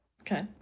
Okay